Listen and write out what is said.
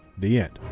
the end.